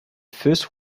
first